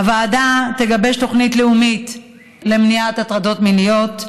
הוועדה תגבש תוכנית לאומית למניעת הטרדות מיניות.